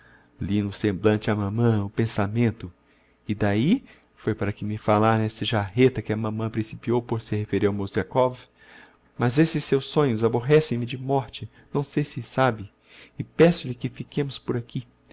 li no semblante á mamã o pensamento e d'ahi foi para me falar n'esse jarreta que a mamã principiou por se referir ao mozgliakov mas esses seus sonhos aborrecem-me de morte não sei se sabe e peço-lhe que fiquêmos por aqui